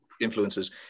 influences